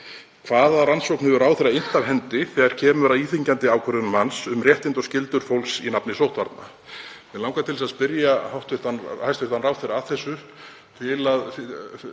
Hvaða rannsókn hefur ráðherra innt af hendi þegar kemur að íþyngjandi ákvörðun hans um réttindi og skyldur fólks í nafni sóttvarna? Mig langar til að spyrja hæstv. ráðherra að þessu til að